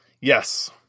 Yes